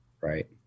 right